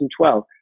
2012